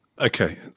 Okay